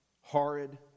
horrid